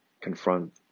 confront